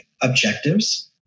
objectives